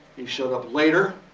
he showed up later,